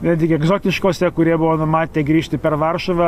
netgi egzotiškose kurie buvo numatę grįžti per varšuvą